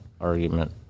argument